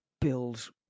build